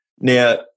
now